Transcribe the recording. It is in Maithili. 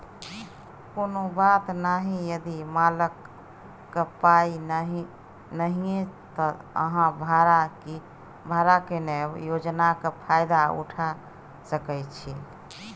कुनु बात नहि यदि मालक पाइ नहि यै त अहाँ भाड़ा कीनब योजनाक फायदा उठा सकै छी